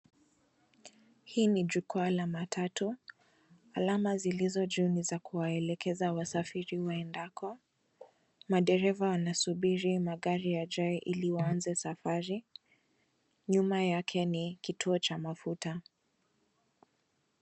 Hii ni jukwaa la matatu. Alama zilizo juu ni za kuwaelekeza wasafiri waendapo. Madereva wanasubiri magari yajae ili waanze safari. Nyuma yake ni kituo cha mafuta.